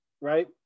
right